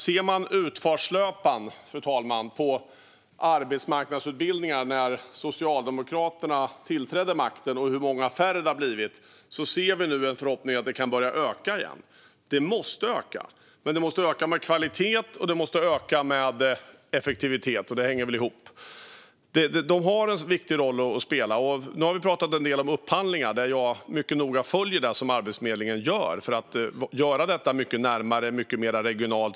Man kan se på utförslöpan när det gäller arbetsmarknadsutbildningar, från när Socialdemokraterna tillträdde. Man kan se hur många färre det har blivit. Nu ser vi en förhoppning om att de kan börja öka igen. De måste öka. Men de måste öka med kvalitet, och de måste öka med effektivitet. Det hänger väl ihop. De har en viktig roll att spela. Nu har vi pratat en del om upphandlingar. Jag följer mycket noga det som Arbetsförmedlingen gör för att detta ska bli mycket närmare och mycket mer regionalt.